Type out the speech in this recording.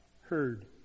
heard